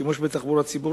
שימוש בתחבורה ציבורית,